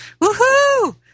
Woohoo